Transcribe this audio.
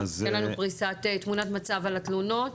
תן לנו פריסת תמונת מצב על התלונות.